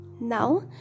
Now